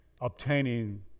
Obtaining